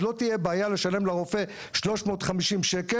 אז לא תהיה בעיה לשלם לרופא 350 שקל,